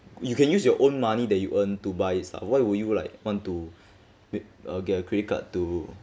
you can use your own money that you earn to buy it's ah why would you like want to make uh get a credit card to